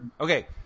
okay